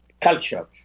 culture